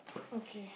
okay